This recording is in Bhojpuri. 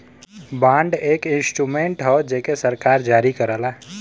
बांड एक इंस्ट्रूमेंट हौ जेके सरकार जारी करला